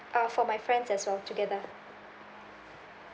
uh for my friends as well together